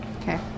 Okay